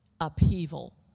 upheaval